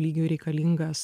lygiui reikalingas